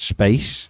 Space